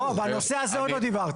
לא, בנושא הזה עוד לא דיברתי.